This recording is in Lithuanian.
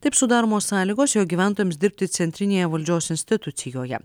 taip sudaromos sąlygos jo gyventojams dirbti centrinėje valdžios institucijoje